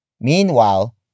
Meanwhile